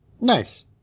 Nice